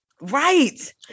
Right